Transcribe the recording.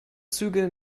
züge